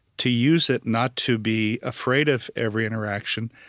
to use it not to be afraid of every interaction,